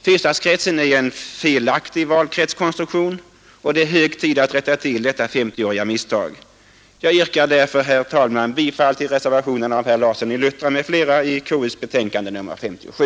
Fyrstadskretsen är en felaktig valkretskonstruktion och det är hög tid att rätta till detta 50-åriga misstag. Jag yrkar därför, herr talman, bifall till reservationen av herr Larsson i Luttra m.fl. i konstitutionsutskottets betänkande nr 57.